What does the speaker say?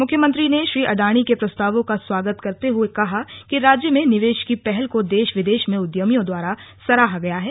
मुख्यमंत्री ने श्री अडाणी के प्रस्तावों का स्वागत करते हुए कहा कि राज्य में निवेश की पहल को देश विदेश के उद्यमियों द्वारा सराहा गया है